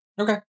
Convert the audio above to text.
Okay